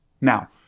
Now